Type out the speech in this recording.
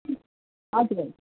हजुर हजुर